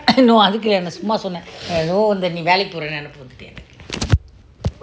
no அதுக்கில்ல நா சும்மா சொன்னேன் நீ வேலைக்கு போற nenappu வந்துட்டு:athukilla naa summa sonnen nee velaikku poora nenappu vanthuttu